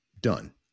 Done